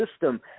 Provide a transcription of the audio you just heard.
system